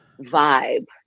vibe